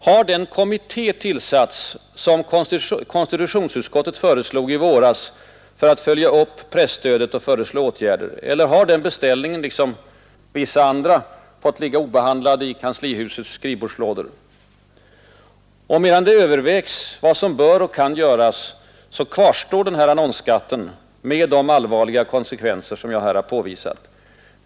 Har den kommitté tillsatts, som konstitutionsutskottet föreslog i våras för att följa upp presstödet och föreslå åtgärder, eller har den beställningen, liksom vissa andra, fått ligga obehandlad i kanslihusets skrivbordslådor? Och medan det övervägs vad som bör och kan göras, kvarstår annonsskatten med de allvarliga konsekvenser som jag här har påvisat.